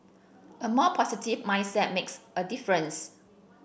a more positive mindset makes a difference